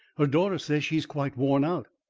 her daughter says she is quite worn out.